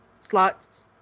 slots